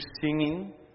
singing